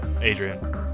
Adrian